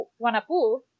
Wanapu